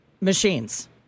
machines